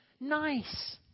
nice